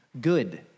good